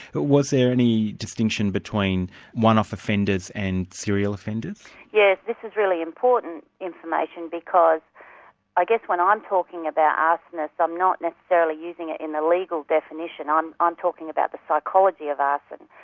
was there any distinction between one-off offenders and serial offenders? yes, this is really important information, because i guess when ah i'm talking about arsonists, i'm not necessarily using it in the legal definition um i'm talking about the psychology of arson.